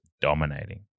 dominating